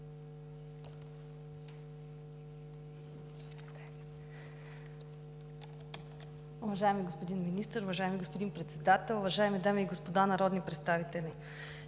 Уважаеми господин Министър, уважаеми господин Председател, уважаеми дами и господа народни представители!